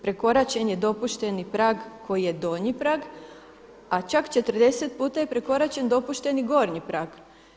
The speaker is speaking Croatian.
Prekoračeni je dopušteni prag koji je donji prag a čak 40 puta je prekoračen dopušteni gornji prag.